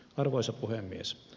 arvoisa puhemies